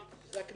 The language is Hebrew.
זה הכנסת.